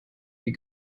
die